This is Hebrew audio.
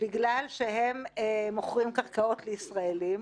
בגלל שהם מוכרים קרקעות לישראלים.